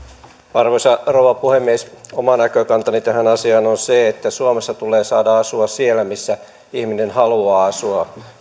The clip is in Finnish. arvoisa rouva puhemies oma näkökantani tähän asiaan on se että suomessa meistä jokaisen tulee saada asua siellä missä haluaa asua